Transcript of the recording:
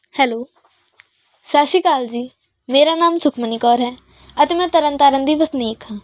hello ਸਤਿ ਸ਼੍ਰੀ ਅਕਾਲ ਜੀ ਮੇਰਾ ਨਾਮ ਸੁਖਮਨੀ ਕੌਰ ਹੈ ਅਤੇ ਮੈਂ ਤਰਨ ਤਾਰਨ ਦੀ ਵਸਨੀਕ ਹਾਂ